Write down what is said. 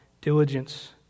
diligence